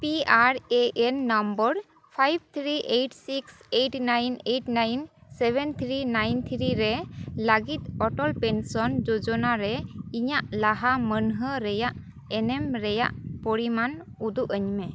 P R A N number five three eight six eight nine eight nine seven three nine three ᱨᱮ ᱞᱟᱹᱜᱤᱫ ᱚᱴᱚᱞ pension ᱡᱳᱡᱚᱱᱟ ᱨᱮ ᱤᱧᱟᱹᱜ ᱞᱟᱦᱟ ᱢᱟᱹᱱᱦᱟᱹ ᱨᱮᱭᱟᱜ ᱮᱱᱮᱢ ᱨᱮᱭᱟᱜ ᱯᱚᱨᱤᱢᱟᱱ ᱩᱫᱩᱜ ᱟᱹᱧ ᱢᱮ